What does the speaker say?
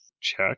check